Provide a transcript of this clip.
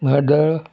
मार्दोळा